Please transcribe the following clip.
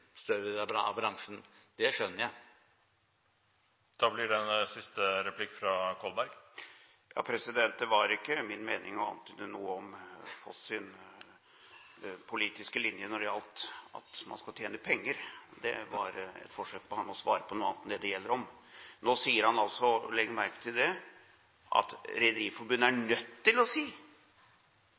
større del av bransjen. Det skjønner jeg. Det var ikke min mening å antyde noe om Foss' politiske linje når det gjaldt at man skal tjene penger. Det er bare et forsøk fra ham på svare på noe annet enn det det gjelder. Nå sier han altså – legg merke til det – at Rederiforbundet er «nødt til å si».